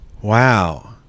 Wow